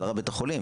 של רב בית החולים.